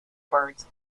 birds